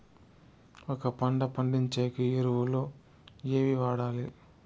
ఒక పంట పండించేకి ఎరువులు ఏవి వాడాలి?